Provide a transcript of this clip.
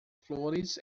flores